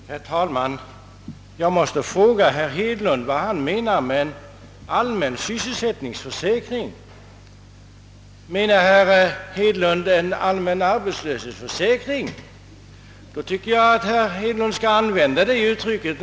Herr talman! Jag måste fråga herr Hedlund vad han menar med en allmän sysselsättningsförsäkring. Menar herr Hedlund en allmän arbetslöshetsförsäkring tycker jag att herr Hedlund skall använda det uttrycket.